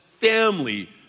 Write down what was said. family